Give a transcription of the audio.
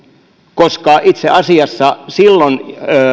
koska itse asiassa silloin